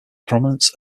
prominence